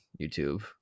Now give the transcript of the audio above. YouTube